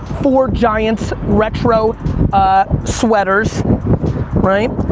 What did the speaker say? four giants retro sweaters, right?